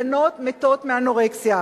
בנות מתות מאנורקסיה.